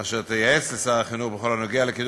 אשר תייעץ לשר החינוך בכל הנוגע לקידום